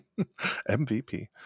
MVP